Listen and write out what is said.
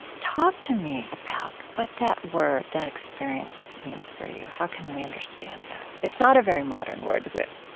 talk to me about what that word, that experience, means for you. how can we understand that? it's not a very modern word, is it?